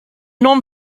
non